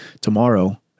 tomorrow